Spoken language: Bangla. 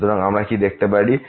সুতরাং আমরা কি দেখতে পারি